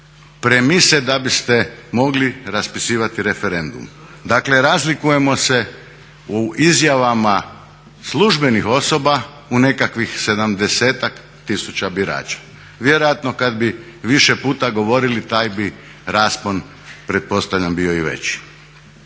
premise da biste mogli raspisivati referendum. Dakle razlikujemo se u izjavama službenih osoba u nekakvih 70-ak tisuća birača. Vjerojatno kada bi više puta govorili taj bi raspon pretpostavljam bio i veći.